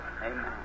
amen